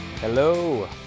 Hello